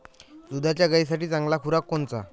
दुधाच्या गायीसाठी चांगला खुराक कोनचा?